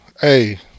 Hey